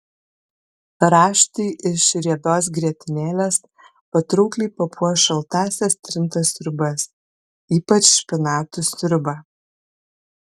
raštai iš riebios grietinėlės patraukliai papuoš šaltąsias trintas sriubas ypač špinatų sriubą